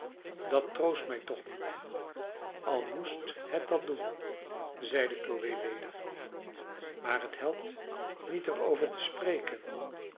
dat troost mij toch niet al moest het dat doen zeide chloe weder maar het helpt niet er over te spreken